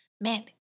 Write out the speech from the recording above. Man